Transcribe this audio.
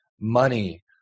money